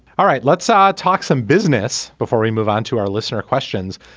all right let's ah talk some business before we move on to our listener questions.